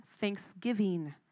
thanksgiving